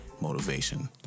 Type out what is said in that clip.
motivation